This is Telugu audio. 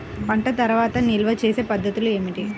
పంట తర్వాత నిల్వ చేసే పద్ధతులు ఏమిటి?